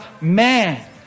man